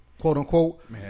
quote-unquote